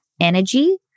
energy